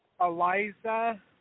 Eliza